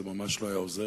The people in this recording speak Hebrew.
זה ממש לא היה עוזר.